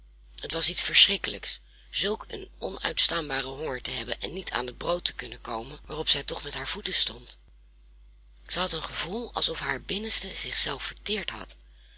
het was iets verschrikkelijks zulk een onuitstaanbaren honger te hebben en niet aan het brood te kunnen komen waarop zij toch met haar voeten stond zij had een gevoel alsof haar binnenste zich zelf verteerd had